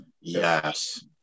Yes